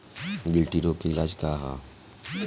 गिल्टी रोग के इलाज का ह?